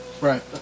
Right